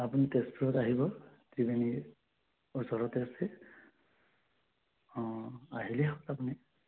আপুনি তেজপুৰত আহিব ত্ৰিবেনী ওচৰতে আছে অঁ আহিলে হ'ল আপুনি